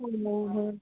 అవునా